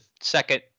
second